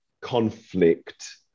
conflict